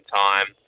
time